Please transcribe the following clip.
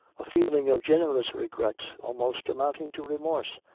a feeling of generous regret, almost amounting to remorse,